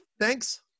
thanks